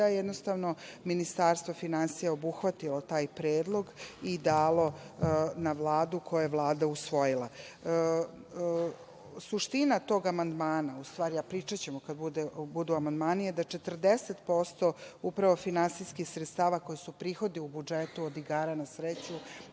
i da je Ministarstvo finansija obuhvatilo taj predlog i dalo na Vladu, koji je Vlada usvojila. Suština tog amandmana, a pričamo ćemo kada budu amandmani je da 40% upravo finansijskih sredstava koji su prihodu u budžetu od igara na sreću,